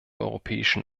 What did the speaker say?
europäischen